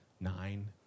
nine